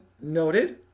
noted